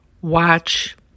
watch